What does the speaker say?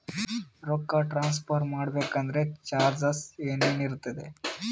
ರೊಕ್ಕ ಟ್ರಾನ್ಸ್ಫರ್ ಮಾಡಬೇಕೆಂದರೆ ಚಾರ್ಜಸ್ ಏನೇನಿರುತ್ತದೆ?